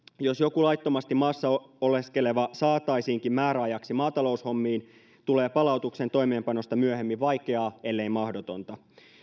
jos joku laittomasti maassa oleskeleva saataisiinkin määräajaksi maataloushommiin tulee palautuksen toimeenpanosta myöhemmin vaikeaa ellei mahdotonta